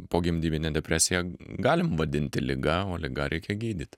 pogimdyminę depresiją galim vadinti liga o ligą reikia gydyti